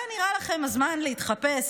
זה נראה לכם הזמן להתחפש?